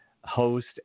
host